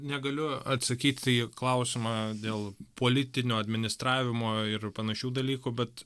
negaliu atsakyti į klausimą dėl politinio administravimo ir panašių dalykų bet